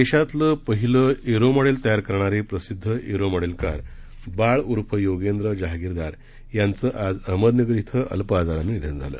देशातलं पहिलं aero model तयार करणारे प्रसिद्ध एरो मॉडेलकार बाळ उर्फ योगेंद्र जहागीरदार यांचं आज अहमदनगर इथं अल्पशा आजारानं निधन झालं